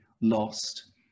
lost